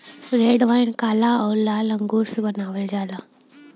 red wine काला आउर लाल अंगूर से बनावल जाला